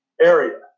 Area